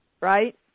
Right